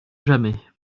jamais